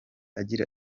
agira